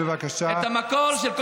בבקשה, תרד.